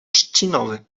trzcinowy